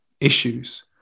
issues